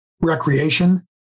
recreation